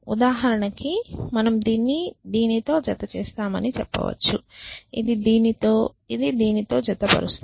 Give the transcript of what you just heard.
ఉదాహరణకు మేము దీన్ని దీనితో జత చేస్తామని చెప్పవచ్చు ఇది దీనితో ఇది దీనితో జతపరుస్తాము